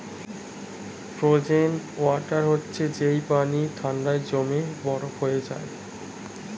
frozen water হচ্ছে যেই পানি ঠান্ডায় জমে বরফ হয়ে যায়